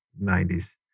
90s